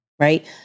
right